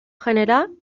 general